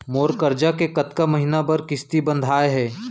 मोर करजा के कतका महीना बर किस्ती बंधाये हे?